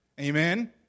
Amen